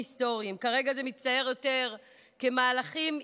כרגע זה מצטייר יותר כמהלכים היסטריים.